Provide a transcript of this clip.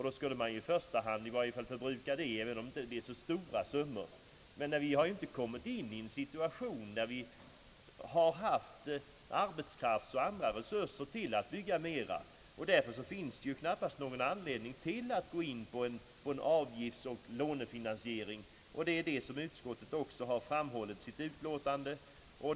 Då skulle man i första hand förbruka pengarna, även om det inte är en så stor summa. Situationen är helt enkelt den att vi inte haft arbetskraft och andra resurser att bygga mera. Därför finns de knappast någon anledning att nu gå in på frågan om avgiftseller lånefinansiering. Detta har utskotiet också framhållit i sitt utlåtande.